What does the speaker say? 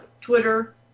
Twitter